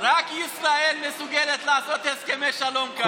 רק ישראל מסוגלת לעשות הסכמי שלום כאלה,